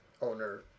owner